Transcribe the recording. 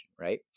right